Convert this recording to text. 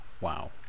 Wow